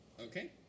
Okay